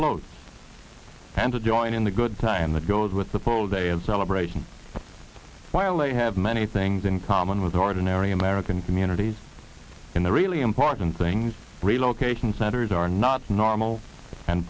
floats and to join in the good time that goes with the full day of celebration while a have many things in common with ordinary american communities in the really important things relocation centers are not normal and